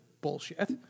bullshit